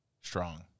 strong